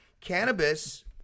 Cannabis